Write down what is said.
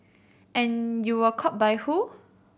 and you were caught by who